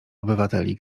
obywateli